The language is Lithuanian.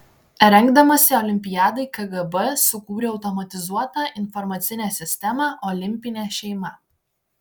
rengdamasi olimpiadai kgb sukūrė automatizuotą informacinę sistemą olimpinė šeima